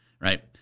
Right